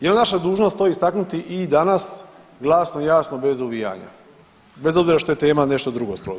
Jel naša dužnost to istaknuti i danas glasno i jasno bez uvijanja bez obzira što je tema nešto drugo skroz?